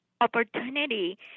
opportunity